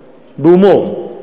בהומור?